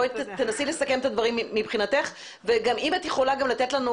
תנסי לסכם את הדברים מבחינתך ואם את יכולה גם לתת לנו